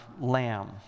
lamb